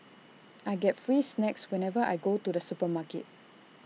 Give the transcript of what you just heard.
I get free snacks whenever I go to the supermarket